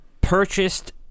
purchased